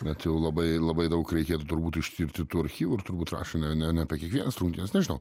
bent jau labai labai daug reikėtų turbūt ištirti tų archyvų ir turbūt rašė ne ne ne apie kiekvienas rungtynes nežinau